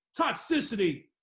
toxicity